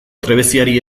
trebeziari